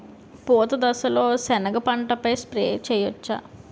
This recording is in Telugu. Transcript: పూత దశలో సెనగ పంటపై స్ప్రే చేయచ్చా?